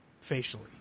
facially